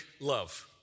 love